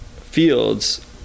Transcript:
fields